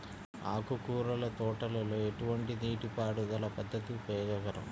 ఆకుకూరల తోటలలో ఎటువంటి నీటిపారుదల పద్దతి ఉపయోగకరం?